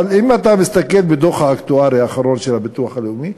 אבל אם אתה מסתכל בדוח האקטוארי האחרון של הביטוח הלאומי,